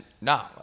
no